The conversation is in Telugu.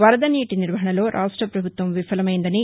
వరద నీటి నిర్వహణలో రాష్ట పభుత్వం విఫలమైందని